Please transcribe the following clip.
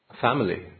family